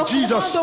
Jesus